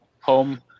home